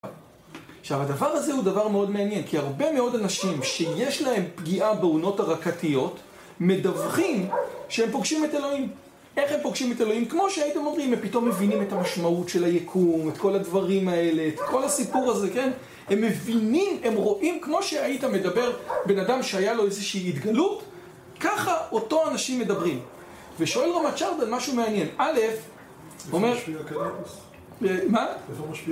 עכשיו הדבר הזה הוא דבר מאוד מעניין כי הרבה מאוד אנשים שיש להם פגיעה באונות הרקטיות מדברים שהם פוגשים את אלוהים איך הם פוגשים את אלוהים? כמו שהיית מבין, אם הם פתאום מבינים את המשמעות של היקום את כל הדברים האלה, את כל הסיפור הזה, כן? הם מבינים, הם רואים כמו שהיית מדבר בן אדם שהיה לו איזושהי התגלות ככה אותו אנשים מדברים ושואל רמת שרדן משהו מעניין א' אומר... איפה משפיע הקנטוס? מה? איפה משפיע